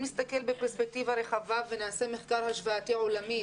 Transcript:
אם נסתכל בפרספקטיבה רחבה ונעשה מחקר השוואתי עולמי,